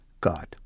God